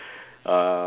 err